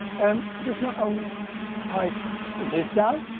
um this not only ties this down,